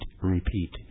repeat